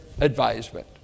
advisement